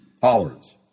tolerance